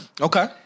Okay